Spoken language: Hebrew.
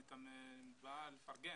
אני בא לפרגן,